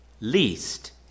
least